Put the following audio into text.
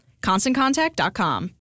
ConstantContact.com